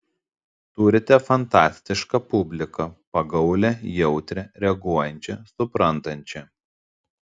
turite fantastišką publiką pagaulią jautrią reaguojančią suprantančią